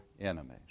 enemies